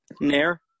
Nair